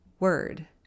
Word